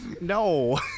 No